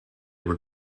were